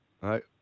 right